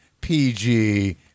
PG